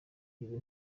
ibi